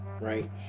right